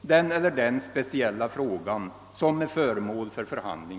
den eller den speciella fråga som är föremål för förhandling.